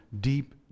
deep